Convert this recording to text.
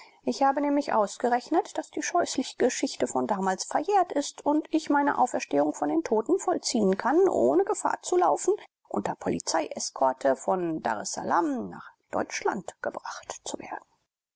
ich habe nämlich ausgerechnet daß die scheußliche geschichte von damals verjährt ist und ich meine auferstehung von den toten vollziehen kann ohne gefahr zu laufen unter polizeieskorte von daressalam nach deutschland gebracht zu werden